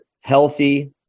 healthy